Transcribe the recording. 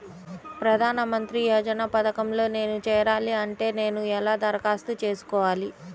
ప్రధాన మంత్రి యోజన పథకంలో నేను చేరాలి అంటే నేను ఎలా దరఖాస్తు చేసుకోవాలి?